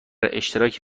اشتراکی